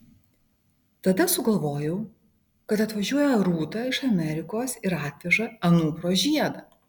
tada sugalvojau kad atvažiuoja rūta iš amerikos ir atveža anupro žiedą